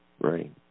Right